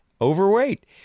overweight